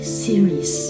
series